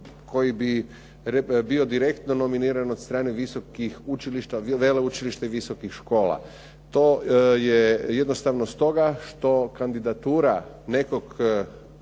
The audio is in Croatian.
koji bi dio direktno nominiran od strane visokih učilišta, veleučilišta i visokih škola. To je jednostavno stoga što kandidatura nekog